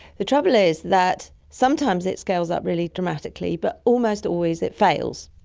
the trouble is that sometimes it scales up really dramatically, but almost always it fails.